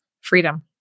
Freedom